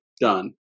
done